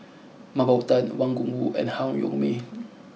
Mah Bow Tan Wang Gungwu and Han Yong May